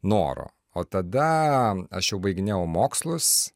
noro o tada aš jau baiginėjau mokslus